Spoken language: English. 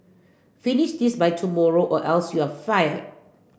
finish this by tomorrow or else you are fired